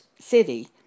city